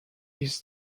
his